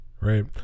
right